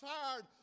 tired